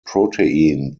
protein